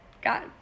god